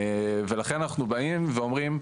ולכן, אנחנו באים ואומרים,